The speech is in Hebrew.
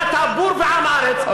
אם אתה בור ועם הארץ,